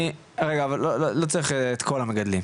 רגע, אבל לא צריך את כל המגדלים.